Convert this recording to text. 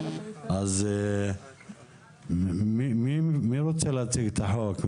אז מי רוצה להציג את החוק?